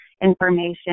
information